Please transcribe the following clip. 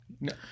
no